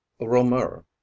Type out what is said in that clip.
Romer